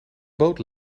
boot